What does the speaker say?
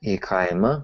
į kaimą